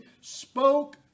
spoke